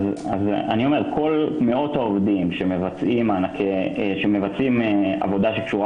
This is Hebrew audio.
כל מאות העובדים שמבצעים עבודה שקשורה